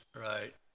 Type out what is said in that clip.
Right